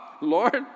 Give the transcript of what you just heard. Lord